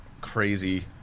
crazy